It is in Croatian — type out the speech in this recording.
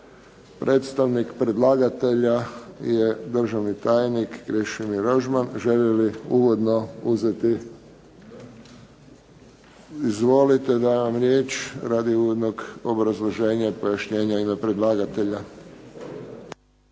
Predstavnik predlagatelja je državni tajnik Krešimir Rožman. Želi li uvodno uzeti? Izvolite, dajem vam riječ radi uvodnog obrazloženja i pojašnjenja u ime predlagatelja.